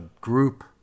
group